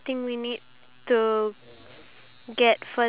I can I can wear a dress right